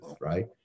right